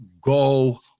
Go